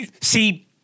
See –